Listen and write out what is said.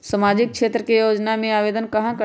सामाजिक क्षेत्र के योजना में आवेदन कहाँ करवे?